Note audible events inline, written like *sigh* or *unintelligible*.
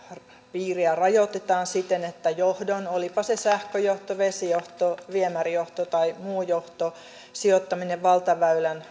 piiriä rajoitetaan siten että johdon olipa se sähköjohto vesijohto viemärijohto tai muu johto sijoittaminen valtaväylän *unintelligible*